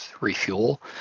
refuel